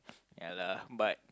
ya lah but